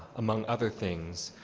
among other things,